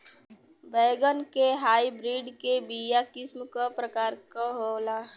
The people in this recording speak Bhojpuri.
बैगन के हाइब्रिड के बीया किस्म क प्रकार के होला?